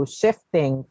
shifting